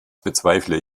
bezweifle